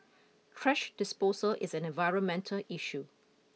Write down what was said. thrash disposal is an environmental issue